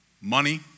Money